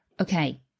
okay